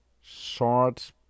short